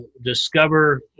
discover